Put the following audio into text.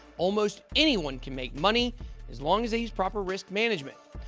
almost anyone can make money as long as they use proper risk management.